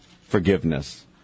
forgiveness